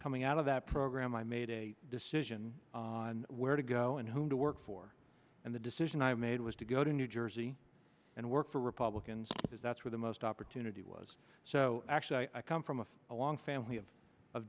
coming out of that program i made a decision on where to go and whom to work for and the decision i made was to go to new jersey and work for republicans because that's where the most opportunity was so actually i come from a long family of of